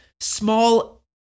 small